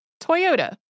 Toyota